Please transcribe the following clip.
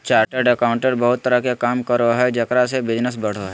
chartered accountant बहुत तरह के काम करो हइ जेकरा से बिजनस बढ़ो हइ